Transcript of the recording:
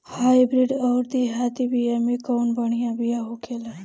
Hybrid अउर देहाती बिया मे कउन बढ़िया बिया होखेला?